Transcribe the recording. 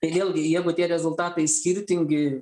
tai vėlgi jeigu tie rezultatai skirtingi